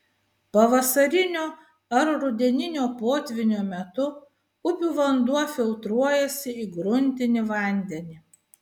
pavasarinio ar rudeninio potvynio metu upių vanduo filtruojasi į gruntinį vandenį